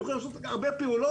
היו יכולים לעשות הרבה פעולות.